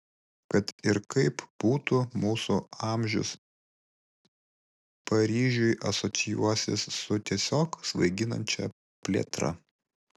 kad ir kaip būtų mūsų amžius paryžiui asocijuosis su tiesiog svaiginančia plėtra